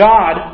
God